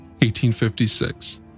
1856